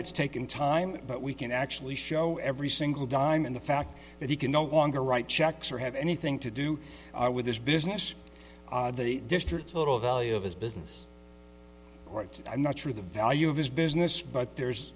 it's taken time but we can actually show every single dime and the fact that he can no longer write checks or have anything to do with this business district little value of his business or it's not true the value of his business but there's